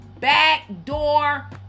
backdoor